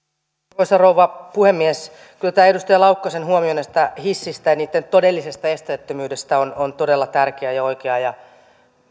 arvoisa rouva puhemies kyllä tämä edustaja laukkasen huomio hisseistä ja niiden todellisesta esteettömyydestä on on todella tärkeä ja oikea